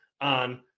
on